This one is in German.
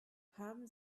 haben